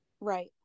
right